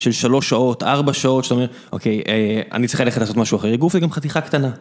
של שלוש שעות, ארבע שעות, שאתה אומר, אוקיי, אני צריך ללכת לעשות משהו אחר, אגרוף היא גם חתיכה קטנה.